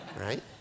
Right